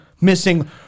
missing –